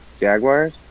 Jaguars